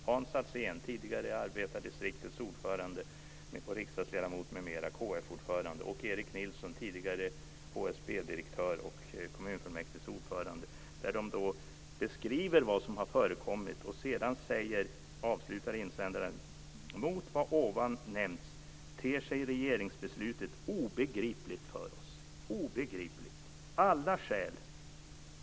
Det är Hans Alsén, tidigare arbetardistriktets ordförande, riksdagsledamot, KF-ordförande m.m., och Erik Nilsson, tidigare De beskriver vad som har förekommit och avslutar sedan insändaren med att säga: Mot bakgrund av vad som ovan nämnts ter sig regeringsbeslutet som obegripligt.